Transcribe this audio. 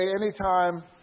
anytime